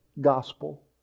Gospel